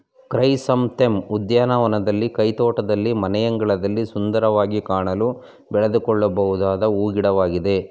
chrysanthemum ಉದ್ಯಾನವನದಲ್ಲಿ, ಕೈತೋಟದಲ್ಲಿ, ಮನೆಯಂಗಳದಲ್ಲಿ ಸುಂದರವಾಗಿ ಕಾಣಲು ಬೆಳೆದುಕೊಳ್ಳಬೊದಾದ ಹೂ ಗಿಡವಾಗಿದೆ